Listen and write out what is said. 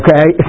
Okay